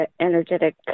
energetic